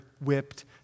whipped